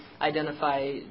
identify